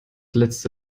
letzte